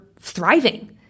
thriving